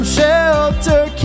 Shelter